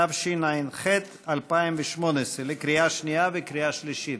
התשע"ח 2018, לקריאה שנייה וקריאה שלישית.